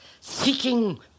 seeking